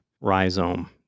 rhizome